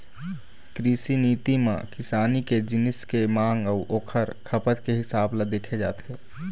कृषि नीति म किसानी के जिनिस के मांग अउ ओखर खपत के हिसाब ल देखे जाथे